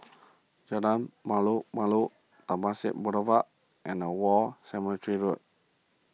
Jalan Malu Malu Temasek Boulevard and War Cemetery Road